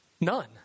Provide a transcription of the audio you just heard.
None